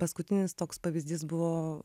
paskutinis toks pavyzdys buvo